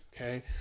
okay